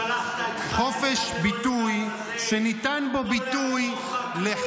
שלחת --- חופש ביטוי שניתן בו ביטוי --- לא יעזור